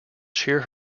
cheer